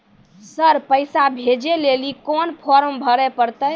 Sir पैसा भेजै लेली कोन फॉर्म भरे परतै?